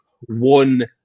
one